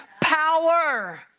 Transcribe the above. power